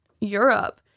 Europe